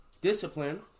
discipline